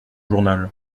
journal